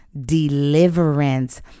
deliverance